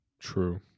true